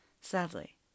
Sadly